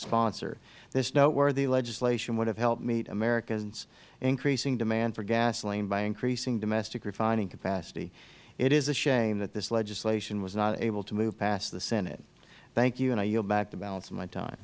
sponsor this noteworthy legislation would have helped meet america's increasing demand for gasoline by increasing domestic refining capacity it is a shame that this legislation was not able to move past the senate thank you and i yield back the balance of my time